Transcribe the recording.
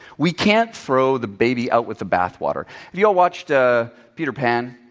we can't throw the baby out with the bathwater. have you all watched ah peter pan?